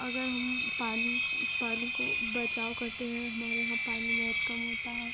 अगर हम पानी पानी को बचाव करते हैं हमारे यहाँ पानी बहुत कम होता है